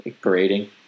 Parading